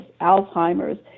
Alzheimer's